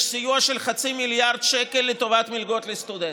יש סיוע של חצי מיליארד שקל לטובת מלגות לסטודנטים.